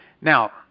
Now